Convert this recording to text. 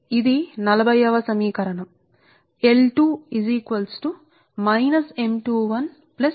ఇది మీ L2 ఇది సమీకరణం 40 ఇది సమీకరణం 41 సరే